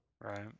Right